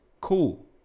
Cool